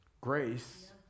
Grace